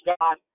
God